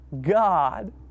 God